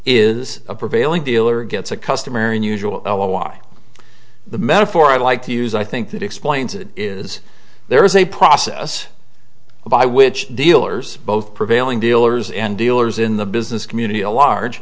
is a prevailing dealer gets a customary unusual why the metaphor i like to use i think that explains it is there is a process by which dealers both prevailing dealers and dealers in the business community a